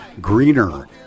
greener